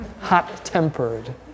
hot-tempered